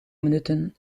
minuten